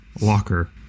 locker